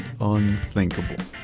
unthinkable